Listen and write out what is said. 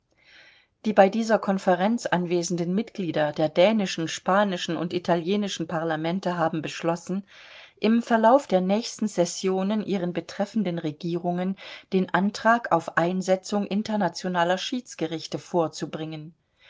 die bei dieser konferenz anwesenden mitglieder der dänischen spanischen und italienischen parlamente haben beschlossen im verlauf der nächsten sessionen ihren betreffenden regierungen den antrag auf einsetzung internationaler schiedsgerichte vorzubringen